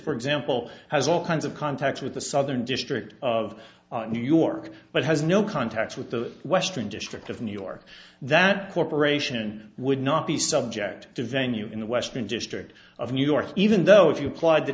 for example has all kinds of contacts with the southern district of new york but has no contacts with the western district of new york that corporation would not be subject to venue in the western district of new york even though if you applied the